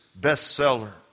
bestseller